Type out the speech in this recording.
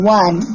one